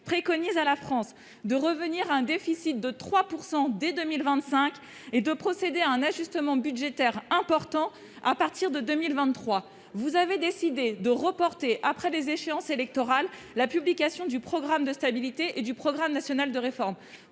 préconise à la France de revenir à un déficit de 3 % dès 2025 et de procéder à un ajustement budgétaire important à partir de 2023, vous avez décidé de reporter après les échéances électorales, la publication du programme de stabilité et du programme national de réforme